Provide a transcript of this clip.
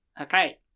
Okay